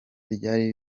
ryari